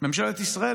שממשלת ישראל,